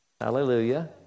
Hallelujah